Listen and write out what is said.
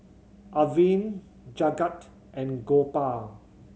Arvind Jagat and Gopal